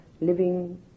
living